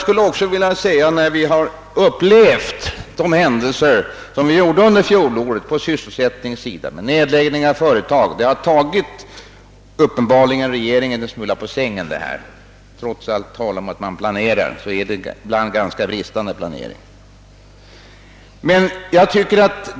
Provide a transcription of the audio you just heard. De händelser, som vi upplevde under fjolåret på sysselsättningssidan med nedläggning av företag o.s. v., har uppenbarligen i viss mån tagit regeringen på sängen. Trots allt tal om att man planerar är planeringen ibland ganska bristfällig.